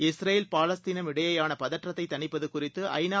Israel பாலஸ்தீனம் இடையேயானபதற்றத்தைதணிப்பதுகுறித்து ஐநா